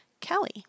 Kelly